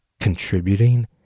contributing